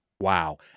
Wow